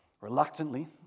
Reluctantly